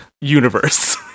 universe